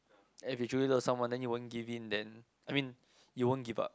and if you truly love someone then you won't give in then I mean you won't give up